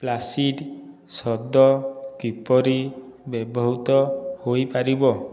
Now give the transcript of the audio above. placid ଶବ୍ଦ କିପରି ବ୍ୟବହୃତ ହୋଇପାରିବ